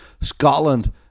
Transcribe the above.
Scotland